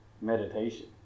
meditation